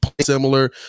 similar